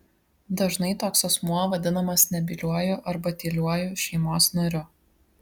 dažnai toks asmuo vadinamas nebyliuoju arba tyliuoju šeimos nariu